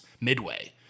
Midway